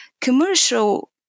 commercial